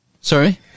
Sorry